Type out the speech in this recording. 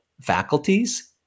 faculties